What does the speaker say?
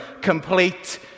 complete